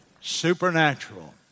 supernatural